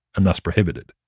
and thus prohibited.